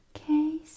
Okay